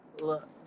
Look